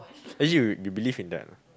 eh you you believe in that ah